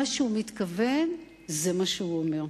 מה שהוא מתכוון זה מה שהוא אומר.